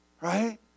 Right